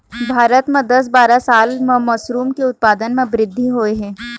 भारत म दस बारा साल म मसरूम के उत्पादन म बृद्धि होय हे